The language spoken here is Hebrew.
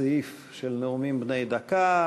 הסעיף של נאומים בני דקה,